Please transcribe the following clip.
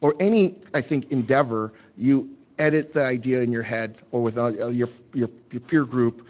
or any, i think, endeavor, you edit that idea in your head or with um ah your your peer group.